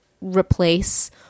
replace